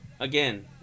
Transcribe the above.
Again